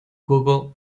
google